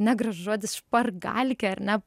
negražus žodis špargalikė ar ne